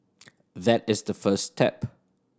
that is the first step